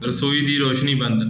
ਰਸੋਈ ਦੀ ਰੋਸ਼ਨੀ ਬੰਦ